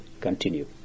continue